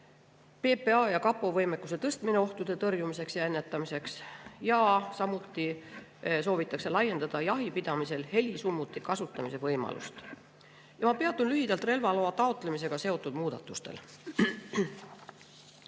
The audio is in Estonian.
PPA ja kapo võimekuse tõstmine ohtude tõrjumiseks ja ennetamiseks ning samuti soovitakse laiendada jahipidamisel helisummuti kasutamise võimalust. Ma peatun lühidalt relvaloa taotlemisega seotud muudatustel.